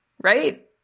right